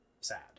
sad